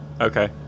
okay